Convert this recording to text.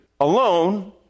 alone